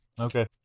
Okay